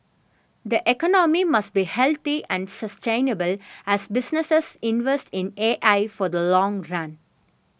the economy must be healthy and sustainable as businesses invest in A I for the long run